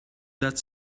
that